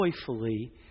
joyfully